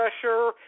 pressure